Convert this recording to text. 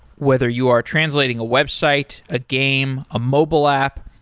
whether you are translating a website, a game, a mobile app,